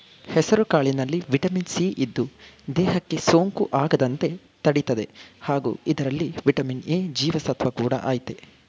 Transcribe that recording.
ಹೆಸುಕಾಳಿನಲ್ಲಿ vitamin C ಇದ್ದು, ದೇಹಕ್ಕೆ ಸೋಂಕು ಆಗದಂತೆ ತಡಿತದೆ ಹಾಗೂ ಇದರಲ್ಲಿ ವಿಟಮಿನ್ ಎ ಜೀವಸತ್ವ ಕೂಡ ಆಯ್ತೆ